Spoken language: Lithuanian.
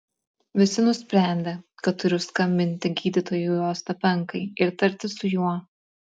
visi nusprendė kad turiu skambinti gydytojui ostapenkai ir tartis su juo